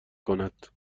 کند